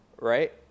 right